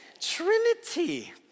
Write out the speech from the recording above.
Trinity